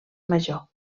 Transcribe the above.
major